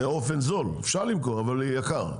באופן זול, אפשר למכור אבל יקר.